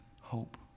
hope